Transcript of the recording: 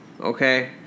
okay